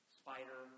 spider